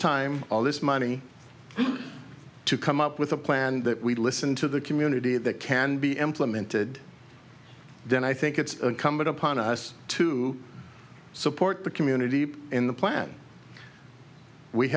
time all this money to come up with a plan that we listen to the community that can be implemented then i think it's incumbent upon us to support the community in the plan we